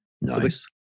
Nice